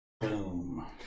Boom